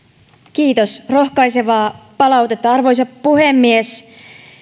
kiitos rohkaisevaa palautetta arvoisa puhemies